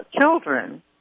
children